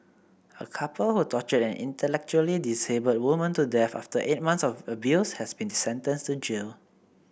a couple who tortured an intellectually disabled woman to death after eight months of abuse has been sentenced to jail